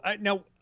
Now